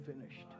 finished